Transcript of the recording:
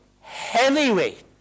heavyweight